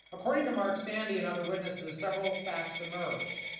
according to mark sandy and other witnesses, several facts emerged.